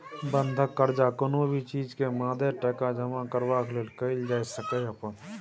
बंधक कर्जा कुनु भी चीज के मादे टका जमा करबाक लेल कईल जाइ सकेए अपन